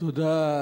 תודה,